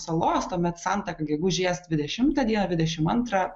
salos tuomet santaka gegužės dvidešimtą dieną dvidešimt antrą